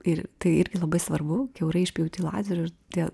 ir tai irgi labai svarbu kiaurai išpjauti lazeriu ir tie